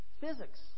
Physics